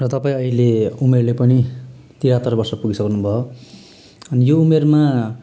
र तपाईँ अहिले उमेरले पनि तिरहत्तर वर्ष पुगिसक्नु भयो अनि यो उमेरमा